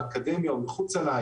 באקדמיה ומחוצה לה,